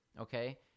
okay